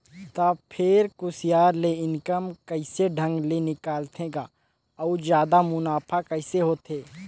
त फेर कुसियार ले इनकम कइसे ढंग ले निकालथे गा अउ जादा मुनाफा कइसे होथे